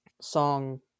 song